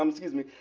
um excuse me.